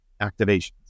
activations